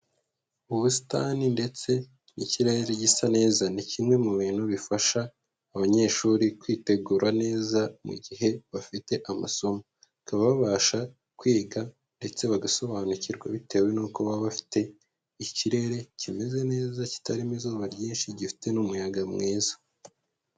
Ubusitani ndetse n'ikirere gisa neza ni kimwe mu bintu bifasha abanyeshuri kwitegura neza mu gihe bafite amasomo, bakaba babasha kwiga ndetse bagasobanukirwa bitewe n'uko baba bafite ikirere kimeze neza kitarimo izuba ryinshi gifite n'umuyaga mwiza.